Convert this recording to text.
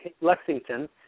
Lexington